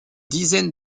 dizaine